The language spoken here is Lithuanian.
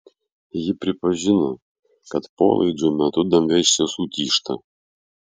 ji pripažino kad polaidžio metu danga iš tiesų tyžta